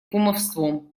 кумовством